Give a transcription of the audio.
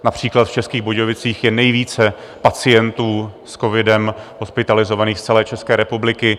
Například v Českých Budějovicích je nejvíce pacientů s covidem hospitalizovaných z celé České republiky.